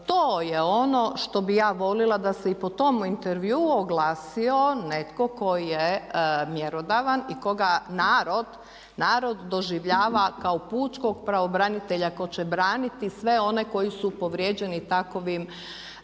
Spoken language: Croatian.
to je ono što bi ja volila da se i po tome intervjuu oglasio netko tko je mjerodavan i koga narod doživljava kao pučkog pravobranitelja ko će braniti sve one koji su povrijeđeni takovim